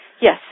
Yes